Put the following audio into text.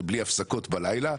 זה בלי הפסקות בלילה,